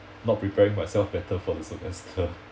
not preparing myself better for the semester